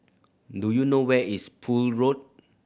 do you know where is Poole Road